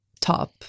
top